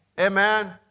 Amen